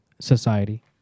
society